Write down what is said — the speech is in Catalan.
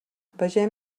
vegem